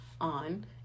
on